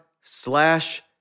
slash